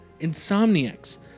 Insomniac's